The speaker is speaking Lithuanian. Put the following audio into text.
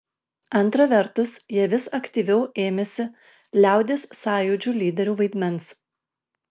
antra vertus jie vis aktyviau ėmėsi liaudies sąjūdžių lyderių vaidmens